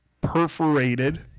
perforated